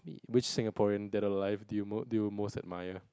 which Singaporean dead or alive do you mo~ do you most admire